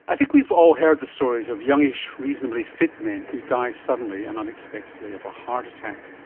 i think we've all heard the stories of youngish reasonably fit men who die suddenly and unexpectedly of a heart attack.